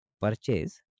purchase